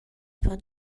per